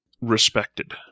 respected